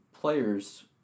players